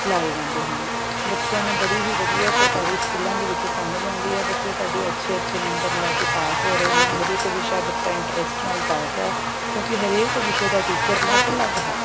ਲਗਾਏ ਜਾਂਦੇ ਹਨ ਬੱਚਿਆਂ ਨੂੰ ਬੜੀ ਹੀ ਵਧੀਆ ਸਰਕਾਰੀ ਸਕੂਲਾਂ ਦੇ ਵਿੱਚ ਸਮਝ ਆਉਂਦੀ ਹੈ ਬੱਚੇ ਸਾਡੇ ਅੱਛੇ ਅੱਛੇ ਨੰਬਰ ਲੈ ਕੇ ਪਾਸ ਹੋ ਰਹੇ ਹਨ ਹਰੇਕ ਵਿਸ਼ਾ ਬੱਚਾ ਇੰਟ੍ਰਸਟ ਨਾਲ ਪੜ੍ਹ ਰਿਹਾ ਹੈ ਕਿਉਂਕਿ ਹਰੇਕ ਵਿਸ਼ੇ ਦਾ ਟੀਚਰ ਅਲੱਗ ਅਲੱਗ ਹੈ